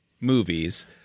movies